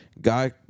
Guy